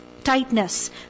Tightness